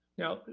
now,